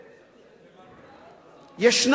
יש,